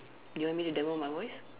you want me to demo my voice